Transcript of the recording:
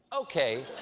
okay.